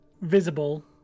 visible